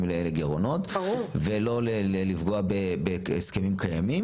לגירעונות ולא לפגוע בהסכמים קיימים.